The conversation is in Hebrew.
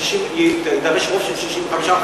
תהליך רוב של 65?